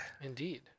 Indeed